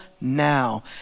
Now